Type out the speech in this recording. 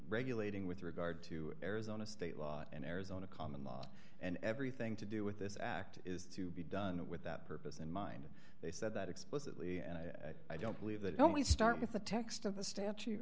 regulating with regard to arizona state law and arizona common law and everything to do with this act is to be done with that purpose in mind they said that explicitly and i don't believe that only start with the text of the statu